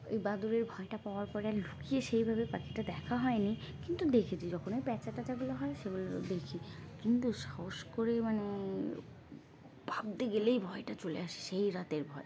ওই বাঁদরের ভয়টা পাওয়ার পরে আর লুকিয়ে সেইভাবে পাখিটা দেখা হয়নি কিন্তু দেখেছি যখন ওই প্যাঁচা ট্যাচাগুলো হয় সেগুলো দেখি কিন্তু সাহস করে মানে ভাবতে গেলেই ভয়টা চলে আসে সেই রাতের ভয়